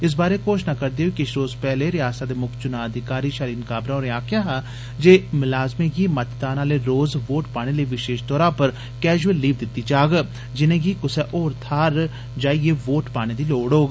इस बारे घोषणा करदे होई किश रोज पैहले रयासतै दे मुक्ख च्ना अधिकारी शालीन काबरा होरें आक्खेआ हा जे मलाजमें गी मतदान आले रोज वोट पाने लेई विशेष तौरा पर कैजुअल लीव दिती जाग जिने गी कुसै होर इलाके च वोट पाने जाने दी लोड़ होग